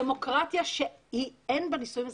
הדמוקרטיה, שאין בה נישואים אזרחיים,